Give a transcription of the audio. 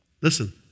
Listen